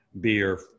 beer